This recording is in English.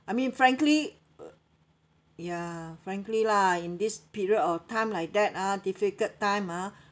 I mean frankly uh ya frankly lah in this period of time like that ah difficult time ah